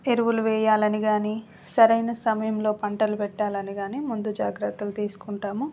ఎరువులు వేయాలని కాని సరైన సమయంలో పంటలు పెట్టాలని కాని ముందు జాగ్రత్తలు తీసుకుంటాము